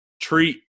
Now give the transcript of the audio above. treat –